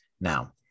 Now